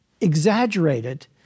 exaggerated